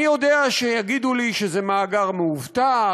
אני יודע שיגידו לי שזה מאגר מאובטח,